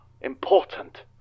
important